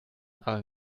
aber